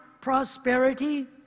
prosperity